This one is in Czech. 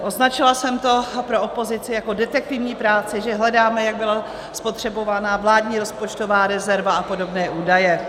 Označila jsem to pro opozici jako detektivní práci, že hledáme, jak byla spotřebována vládní rozpočtová rezerva a podobné údaje.